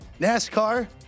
NASCAR